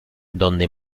donde